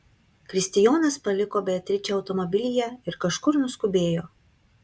kristijonas paliko beatričę automobilyje ir kažkur nuskubėjo